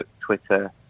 Twitter